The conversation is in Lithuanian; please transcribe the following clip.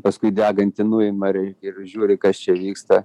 paskui degantį nuima ir ir žiūri kas čia vyksta